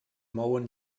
mouen